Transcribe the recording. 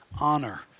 honor